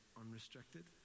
unrestricted